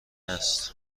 است